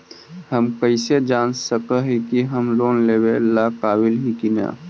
हम कईसे जान सक ही की हम लोन लेवेला काबिल ही की ना?